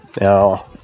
Now